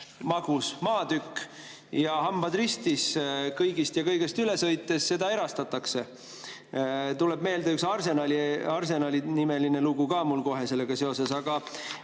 magus maatükk, ja hambad ristis, kõigist ja kõigest üle sõites, seda erastatakse. Mul tuleb meelde üks Arsenali-nimeline lugu sellega seoses. Minu